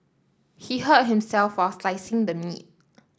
he hurt himself while slicing the meat